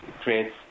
creates